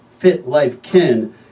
FitLifeKen